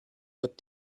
but